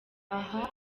aha